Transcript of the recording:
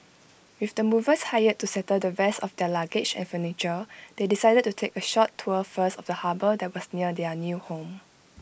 with the movers hired to settle the rest of their luggage and furniture they decided to take A short tour first of the harbour that was near their new home